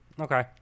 okay